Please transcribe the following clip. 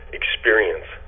experience